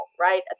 right